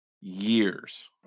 years